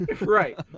Right